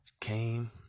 came